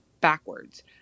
backwards